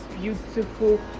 beautiful